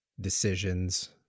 decisions